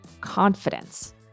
confidence